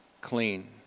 clean